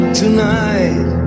tonight